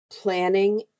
planning